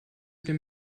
den